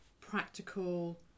practical